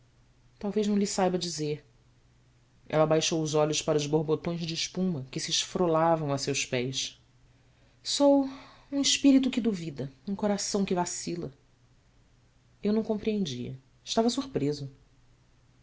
talvez não lhe saiba dizer ela abaixou os olhos para os borbotões de espuma que se esfrolavam a seus pés ou um espírito que duvida um coração que vacila eu não compreendia estava surpreso